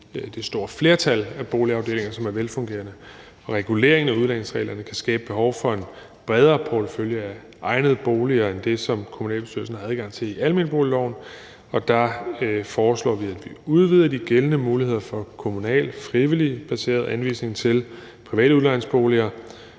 den i det store flertal af boligafdelinger, som er velfungerende. Reguleringen af udlejningsreglerne kan skabe behov for en bredere portefølje af egnede boliger end det, som kommunalbestyrelsen har adgang til i almenboligloven, og der foreslår vi, at vi udvider de gældende muligheder for kommunal, frivilligbaseret anvisning til private udlejningsboliger,